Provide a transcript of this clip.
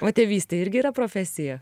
o tėvystė irgi yra profesija